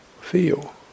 feel